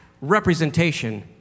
representation